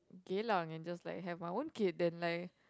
Geylang and just like have my own kid then like